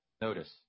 Notice